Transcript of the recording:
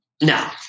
No